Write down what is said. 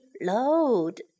load